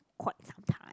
quite some time